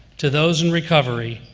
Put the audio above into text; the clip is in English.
to those in recovery,